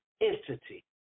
entity